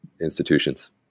institutions